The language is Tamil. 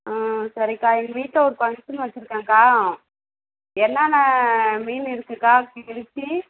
ஆ சரிக்கா எங்கள் வீட்டில் ஒரு ஃபங்க்ஷன் வச்சிருகேங்க்கா என்னென்னா மீன் இருக்குதுக்கா கெளுத்தி